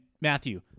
Matthew